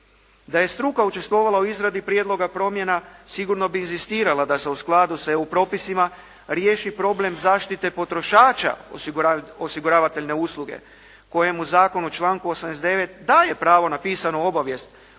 Da je struka učestvovala u izradi prijedloga promjena, sigurno bi inzistirala da se u skladu sa EU propisima riješi problem zaštite potrošača osiguravateljne usluge kojemu u zakonu u članku 89. daje pravo na pisanu obavijest